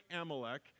Amalek